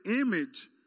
image